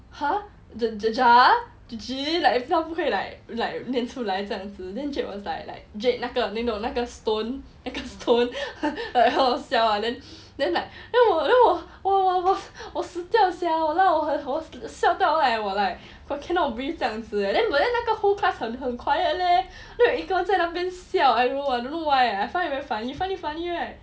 !huh! 他不会 like like 念出来这样子 then jade was like like jade 那个那个那个 stone 那个 stone then 很好笑 ah then like 我我我我死掉 sia 我笑到我 like cannot breathe 这样子 then but then 那个 whole class 很很 quiet leh 没有一个人在笑 !aiyo! I don't know why eh I find it very funny you find it funny right